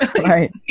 Right